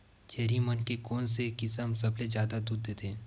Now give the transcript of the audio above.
छेरी मन के कोन से किसम सबले जादा दूध देथे?